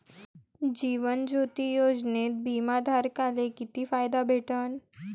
जीवन ज्योती योजनेत बिमा धारकाले किती फायदा भेटन?